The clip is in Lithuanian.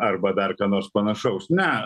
arba dar ką nors panašaus ne